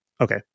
Okay